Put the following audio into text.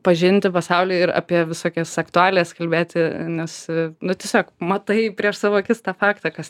pažinti pasaulį ir apie visokias aktualijas kalbėti nes nu tiesiog matai prieš savo akis tą faktą kas